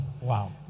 Wow